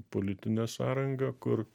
politinė sąranga kur